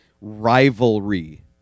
Rivalry